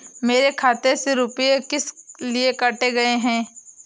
मेरे खाते से रुपय किस लिए काटे गए हैं?